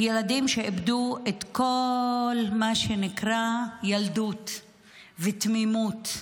ילדים שאיבדו את כל מה שנקרא ילדות ותמימות.